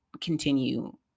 continue